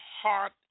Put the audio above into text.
heart